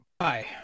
Hi